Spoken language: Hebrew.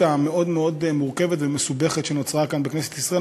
המאוד-מאוד מורכבת ומסובכת שנוצרה כאן בכנסת ישראל,